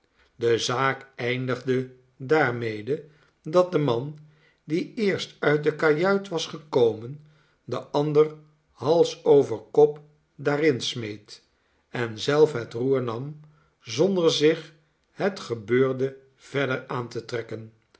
de zaak eindigde daarmede dat de man die eerst uit de kajuit was gekomen den ander hals over kop daarin smeet en zelf het roer nam zonder zich het gebeurde verder aan te trekken